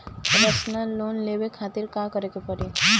Personal loan लेवे खातिर का करे के पड़ी?